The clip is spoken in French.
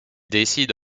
décide